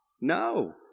No